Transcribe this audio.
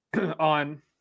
on